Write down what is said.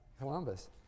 Columbus